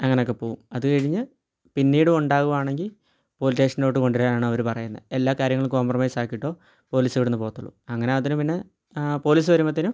അങ്ങനൊക്കെ പോകും അത് കഴിഞ്ഞ് പിന്നീടും ഉണ്ടാകുവാണെങ്കിൽ പോലീസ് സ്റ്റേഷനിലോട്ട് കൊണ്ടരാനാണ് അവർ പറയുന്നത് എല്ലാ കാര്യങ്ങളും കോംപ്രമൈസ് ആക്കീട്ടോ പോലീസ് ഇവിടുന്ന് പോവത്തൊള്ളൂ അങ്ങനെ അതിന് പിന്നെ പോലീസ് വരുമ്പോഴ്ത്തേനും